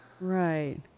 Right